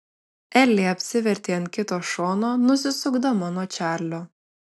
elė apsivertė ant kito šono nusisukdama nuo čarlio